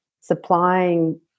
supplying